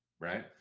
right